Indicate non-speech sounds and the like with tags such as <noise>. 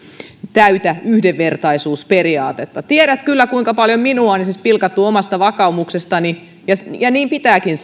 täytä yhdenvertaisuusperiaatetta tiedät kyllä kuinka paljon esimerkiksi minua on pilkattu omasta vakaumuksestani ja ja niin pitääkin <unintelligible>